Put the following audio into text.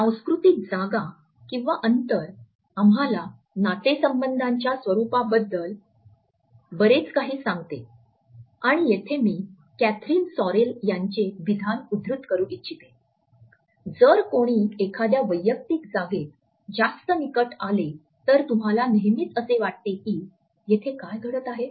सांस्कृतिक जागा किंवा अंतर आम्हाला नातेसंबंधाच्या स्वरूपाबद्दल बरेच काही सांगते आणि येथे मी कॅथरीन सॉरेल यांचे विधान उद्धृत करू इच्छिते "जर कोणी एखाद्या वैयक्तिक जागेत जास्त निकट आले तर तुम्हाला नेहमीच असे वाटते की येथे काय घडत आहे